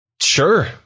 Sure